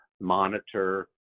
monitor